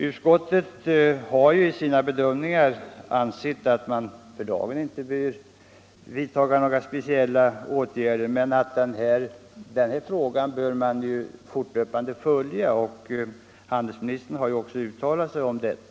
Utskottet har bedömt frågan så att det för dagen inte bör till gripas några speciella åtgärder men att frågan bör följas fortlöpande. Han — Nr 26 delsministern har också uttalat sig för det.